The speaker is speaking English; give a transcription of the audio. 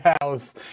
house